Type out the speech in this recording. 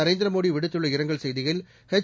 நரேந்திர மோடி விடுத்துள்ள இரங்கல் செய்தியில் எச்